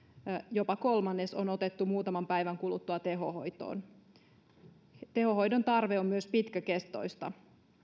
jopa kolmannes on otettu muutaman päivän kuluttua tehohoitoon tehohoidon tarve on myös pitkäkestoista